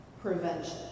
prevention